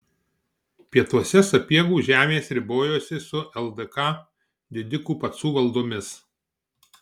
pietuose sapiegų žemės ribojosi su ldk didikų pacų valdomis